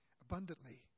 abundantly